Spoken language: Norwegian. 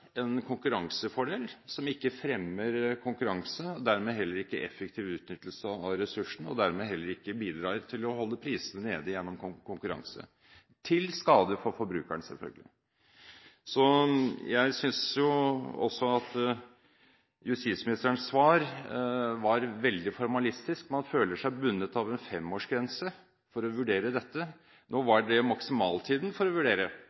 en konkurransefordel som ikke fremmer konkurranse, og heller ikke effektiv utnyttelse av ressursene, og dermed heller ikke bidrar til å holde prisene nede gjennom konkurranse – til skade for forbrukeren, selvfølgelig. Jeg synes også at justisministerens svar var veldig formalistisk. Man føler seg bundet av en femårsgrense for å vurdere dette. Nå var det maksimaltiden for å vurdere,